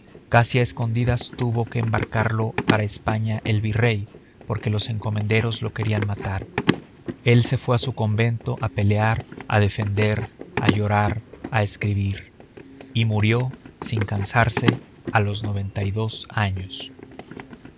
casi a escondidas tuvo que embarcarlo para españa el virrey porque los encomenderos lo querían matar el se fue a su convento a pelear a defender a llorar a escribir y murió sin cansarse a los noventa y dos años